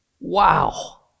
wow